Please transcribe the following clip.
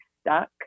stuck